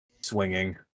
swinging